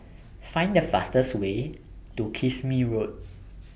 Find The fastest Way to Kismis Road